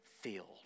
filled